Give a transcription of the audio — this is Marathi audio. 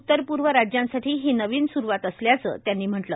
उत्तर पूर्व राज्यांसाठी ही नविन सुरूवात असल्याचं त्यांनी म्हटलं